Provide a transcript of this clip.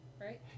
right